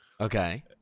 okay